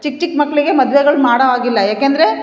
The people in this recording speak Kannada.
ಚಿಕ್ಕ ಚಿಕ್ಕ ಮಕ್ಕಳಿಗೆ ಮದ್ವೆಗಳು ಮಾಡೊ ಹಾಗಿಲ್ಲ ಯಾಕೆಂದರೆ